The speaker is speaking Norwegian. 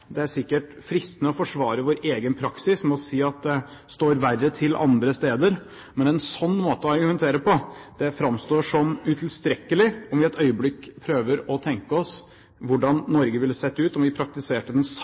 Det er sikkert fristende å forsvare vår egen praksis med å si at det står verre til andre steder, men en slik måte å argumentere på framstår som utilstrekkelig om vi et øyeblikk prøver å tenke oss hvordan Norge ville sett ut om vi praktiserte den